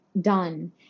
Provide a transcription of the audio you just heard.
done